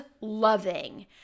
loving